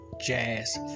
jazz